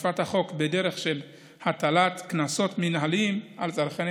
אכיפת החוק בדרך של הטלת קנסות מינהליים על צרכני